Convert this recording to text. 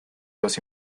los